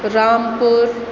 Rampur